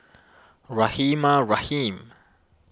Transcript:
Rahimah Rahim